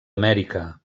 amèrica